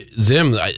Zim